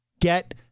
get